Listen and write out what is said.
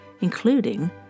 including